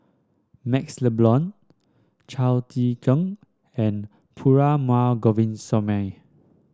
MaxLe Blond Chao Tzee Cheng and Perumal Govindaswamy